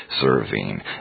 serving